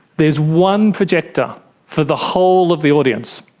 there's one projector for the whole of the audience.